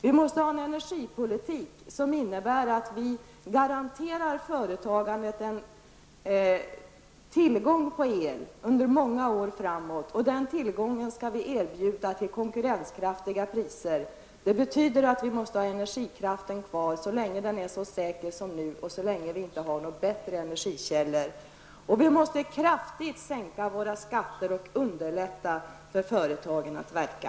Vi måste ha en energipolitik, som innebär att vi garanterar företagandet tillgång till el under många år framåt. Den elen skall vi erbjuda till konkurrenskraftiga priser. Det betyder att vi måste ha kärnkraften kvar så länge den är så säker som nu och så länge vi inte har någon bättre energikälla. Vi måste kraftigt sänka våra skatter och underlätta för företagen att verka.